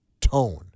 tone